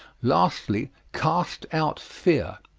lastly, cast out fear.